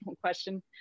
question